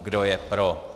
Kdo je pro?